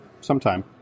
sometime